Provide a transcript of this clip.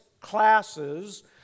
classes